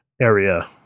area